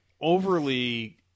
overly